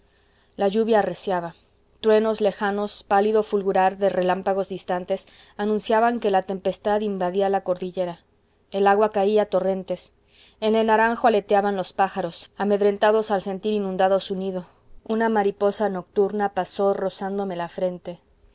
la lluvia arreciaba truenos lejanos pálido fulgurar de relámpagos distantes anunciaban que la tempestad invadía la cordillera el agua caía a torrentes en el naranjo aleteaban los pájaros amedrentados al sentir inundado su nido una mariposa nocturna pasó rozándome la frente encendí la